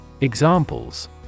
Examples